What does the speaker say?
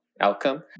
outcome